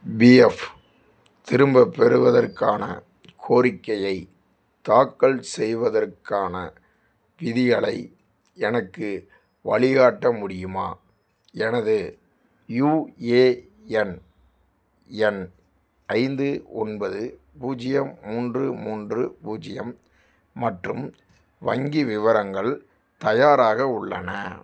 PF திரும்பப் பெறுவதற்கான கோரிக்கையை தாக்கல் செய்வதற்கான விதிகளை எனக்கு வழிகாட்ட முடியுமா எனது யுஏஎன் எண் ஐந்து ஒன்பது பூஜ்யம் மூன்று மூன்று பூஜ்யம் மற்றும் வங்கி விவரங்கள் தயாராக உள்ளன